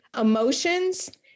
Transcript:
emotions